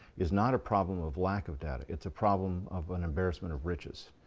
is not a problem of lack of data. it's a problem of an embarrassment of riches.